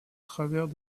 travers